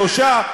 שלושה,